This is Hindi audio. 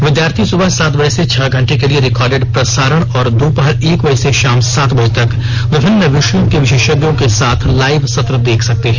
विद्यार्थी सुबह सात बजे से छह घंटे के लिए रिकॉर्डेड प्रसारण और दोपहर एक बजे से शाम सात बजे तक विभिन्न विषयों के विशेषज्ञों के साथ लाइव सत्र देख सकते हैं